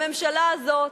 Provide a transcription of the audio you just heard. הממשלה הזאת,